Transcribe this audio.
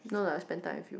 no lah spend time with you